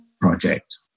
project